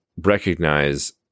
recognize